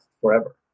forever